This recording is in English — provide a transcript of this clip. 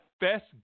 Best